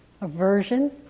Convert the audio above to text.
aversion